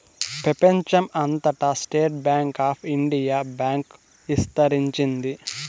ప్రెపంచం అంతటా state bank of India bank ఇస్తరించింది